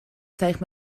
stijgt